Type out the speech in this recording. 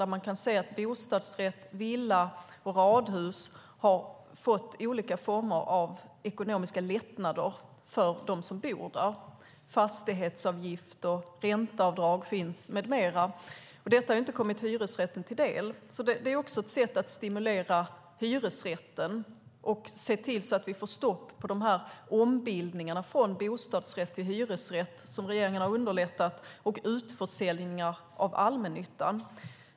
Man kan se att det när det gäller bostadsrätt, villa och radhus har blivit olika former av ekonomiska lättnader för dem som bor där. Det handlar om fastighetsavgifter, ränteavdrag med mera. Detta har inte kommit hyresrätten till del. Det är ett sätt att stimulera hyresrätten. Och det handlar om att se till att vi får stopp på de här ombildningarna från hyresrätt till bostadsrätt, som regeringen har underlättat, och utförsäljningar av allmännyttan.